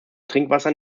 trinkwasser